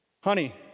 Honey